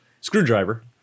screwdriver